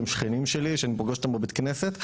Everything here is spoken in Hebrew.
הם שכנים שלי שאני פוגש אותם בבית כנסת,